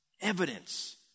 Evidence